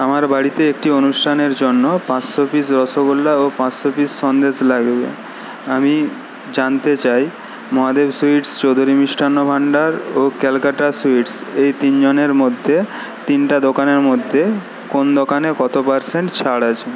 আমার বাড়িতে একটি অনুষ্ঠানের জন্য পাঁচশো পিস রসগোল্লা ও পাঁচশো পিস সন্দেশ লাগবে আমি জানতে চাই মহাদেব সুইটস চৌধুরী মিষ্টান্ন ভাণ্ডার ও ক্যালকাটা সুইটস এই তিন জনের মধ্যে তিনটা দোকানের মধ্যে কোন দোকানে কত পারসেন্ট ছাড় আছে